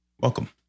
Welcome